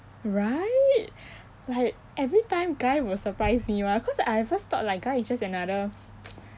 right like every time guy will surprise me [one] cause I at first thought like guy is just another